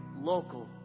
local